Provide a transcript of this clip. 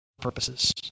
purposes